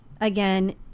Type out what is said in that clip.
again